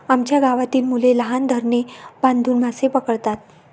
आमच्या गावातील मुले लहान धरणे बांधून मासे पकडतात